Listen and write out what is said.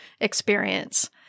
experience